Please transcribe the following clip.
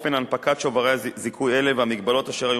אופן הנפקת שוברי זיכוי אלה והמגבלות אשר היו